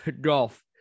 golf